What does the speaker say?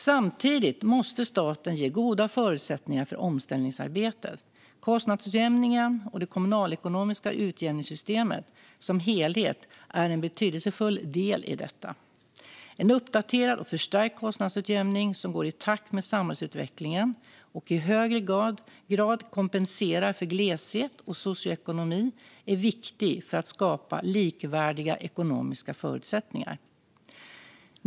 Samtidigt måste staten ge goda förutsättningar för omställningsarbetet. Kostnadsutjämningen och det kommunalekonomiska utjämningssystemet som helhet är en betydelsefull del i detta. En uppdaterad och förstärkt kostnadsutjämning som går i takt med samhällsutvecklingen och i högre grad kompenserar för gleshet och socioekonomi är viktig för att skapa likvärdiga ekonomiska förutsättningar.